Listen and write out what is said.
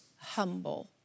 humble